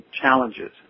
challenges